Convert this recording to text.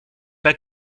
pas